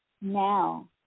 now